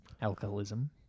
Alcoholism